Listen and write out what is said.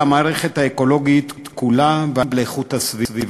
על המערכת האקולוגית כולה ועל איכות הסביבה.